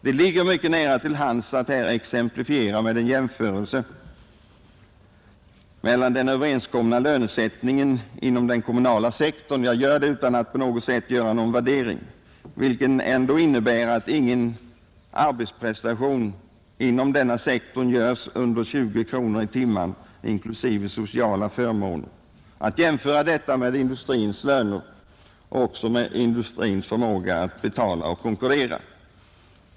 Det ligger mycket nära till hands att här exemplifiera — jag gör det utan att på något sätt värdera — genom en jämförelse mellan den överenskomna lönesättningen inom den kommunala sektorn, vilken innebär att ingen arbetsprestation inom denna sektor görs under 20 kronor i timmen inklusive sociala förmåner, och industrins löner och industrins förmåga att betala och konkurrera.